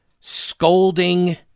scolding